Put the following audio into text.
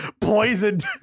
poisoned